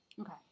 Okay